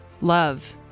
love